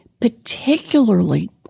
particularly